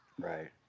Right